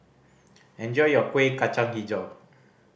enjoy your Kueh Kacang Hijau